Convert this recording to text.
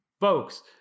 folks